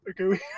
Okay